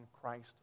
Christ